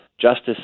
justice